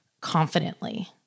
confidently